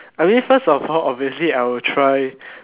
I mean first of all obviously I will try